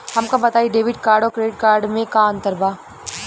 हमका बताई debit card और क्रेडिट कार्ड में का अंतर बा?